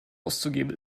auszugeben